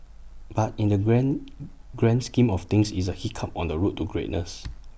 but in the grand grand scheme of things it's A hiccup on the road to greatness